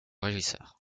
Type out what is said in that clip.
régisseur